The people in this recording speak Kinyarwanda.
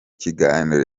kiganiro